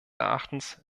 erachtens